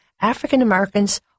African-Americans